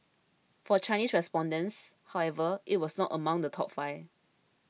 for Chinese respondents however it was not among the top five